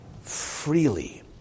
freely